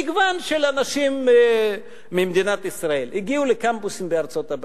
מגוון של אנשים ממדינת ישראל הגיעו לקמפוסים בארצות-הברית.